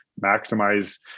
maximize